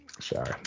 sorry